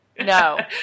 No